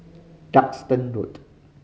Duxton Road